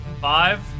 Five